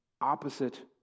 opposite